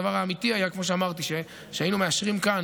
הדבר האמיתי היה, כמו שאמרתי, שהיינו מאשרים כאן